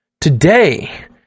Today